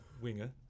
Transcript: winger